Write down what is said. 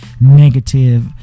negative